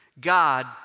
God